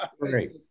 Great